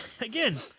again